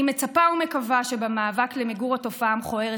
אני מצפה ומקווה שבמאבק למיגור התופעה המכוערת